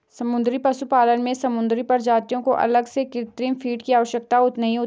समुद्री पशुपालन में समुद्री प्रजातियों को अलग से कृत्रिम फ़ीड की आवश्यकता नहीं होती